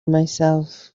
myself